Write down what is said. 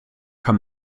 kann